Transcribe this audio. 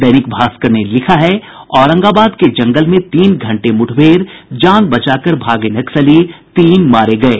दैनिक भास्कर ने लिखा है औरंगाबाद के जंगल में तीन घंटे मुठभेड़ जान बचाकर भागे नक्सली तीन मारे गये